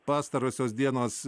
pastarosios dienos